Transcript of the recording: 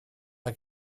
mae